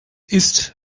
ist